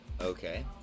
Okay